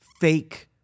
fake